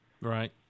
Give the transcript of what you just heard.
Right